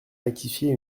rectifier